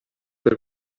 per